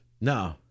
No